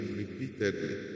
repeatedly